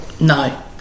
No